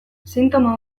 sintoma